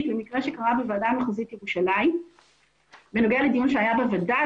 - למקרה שקרה בוועדה המחוזית ירושלים בנוגע לדיון שהיה בווד"ל.